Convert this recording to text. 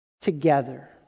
Together